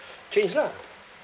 change lah